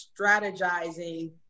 strategizing